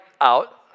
out